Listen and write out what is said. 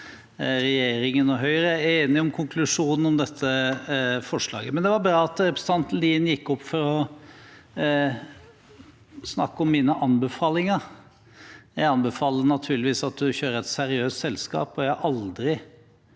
faktisk enige om konklusjonen om dette forslaget, men det var bra at representanten Lien gikk opp for å snakke om mine anbefalinger. Jeg anbefaler naturligvis at en kjører et seriøst selskap, og jeg har aldri